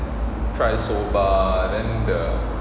try soba then the